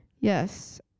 Yes